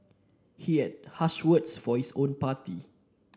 he had harsh words for his own party